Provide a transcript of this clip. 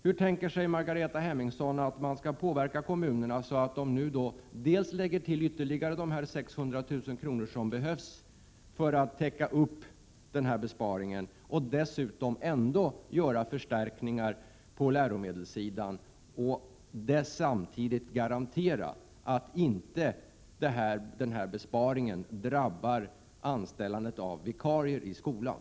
Hur tänker Margareta Hemmingsson att kommunerna skall påverkas att dels tillföra ytterligare 600 000 kr., vilket behövs för att täcka den föreslagna besparingen, dels göra förstärkningar på läromedelssidan och samtidigt garantera att besparingen inte drabbar anställandet av vikarier i skolan?